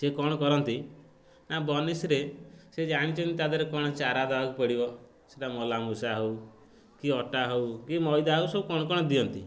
ସେ କ'ଣ କରନ୍ତି ନା ବନିସୀରେ ସେ ଜାଣିଛନ୍ତି ତା ଦେହରେ କ'ଣ ଚାରା ଦେବାକୁ ପଡ଼ିବ ସେଇଟା ମଲା ମୂଷା ହେଉ କି ଅଟା ହେଉ କି ମଇଦା ହେଉ ସବୁ କ'ଣ କ'ଣ ଦିଅନ୍ତି